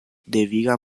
deviga